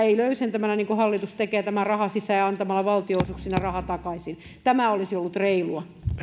ei löysentämällä niin kuin hallitus tekee ja antaa valtionosuuksina raha takaisin tämä olisi ollut reilua